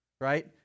right